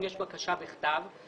אם יש בקשה בכתב.